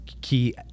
key